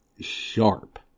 sharp